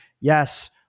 yes